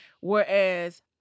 Whereas